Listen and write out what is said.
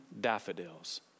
daffodils